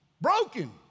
broken